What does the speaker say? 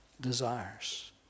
desires